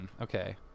Okay